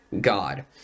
God